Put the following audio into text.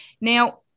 now